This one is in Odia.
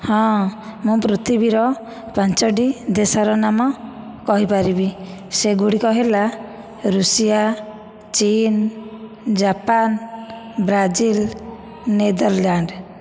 ହଁ ମୁଁ ପୃଥିବୀର ପାଞ୍ଚଟି ଦେଶର ନାମ କହିପାରିବି ସେଗୁଡ଼ିକ ହେଲା ଋଷିଆ ଚୀନ ଜାପାନ ବ୍ରାଜିଲ ନେଦରଲାଣ୍ଡ